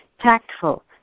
tactful